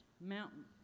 mountain